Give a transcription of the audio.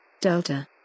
Delta